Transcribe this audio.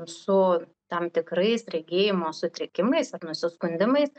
su tam tikrais regėjimo sutrikimais ar nusiskundimais